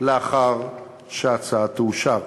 לאחר שההצעה תאושר.